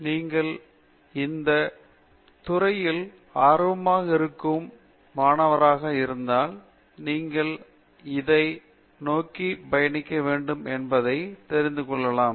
நீங்கள் இந்த துறையில் ஆர்வமாக இருக்கும் மாணவராக இருந்தால் நீங்கள் எதை நோக்கி பயணிக்க வேண்டும் என்பதை தெரிந்து கொள்ளலாம்